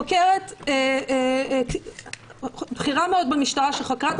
חוקרת בכירה מאוד במשטרה שחקרה את